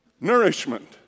nourishment